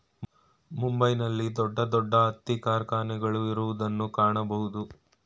ಮುಂಬೈ ನಲ್ಲಿ ದೊಡ್ಡ ದೊಡ್ಡ ಹತ್ತಿ ಕಾರ್ಖಾನೆಗಳು ಇರುವುದನ್ನು ಕಾಣಬೋದು